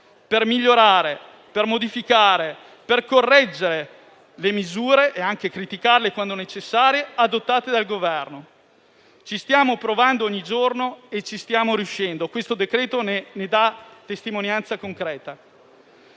per migliorare, per modificare, per corregge le misure (e anche criticarle quando è necessario) adottate dal Governo. Ci stiamo provando ogni giorno e ci stiamo riuscendo, il provvedimento in discussione ne dà una testimonianza concreta.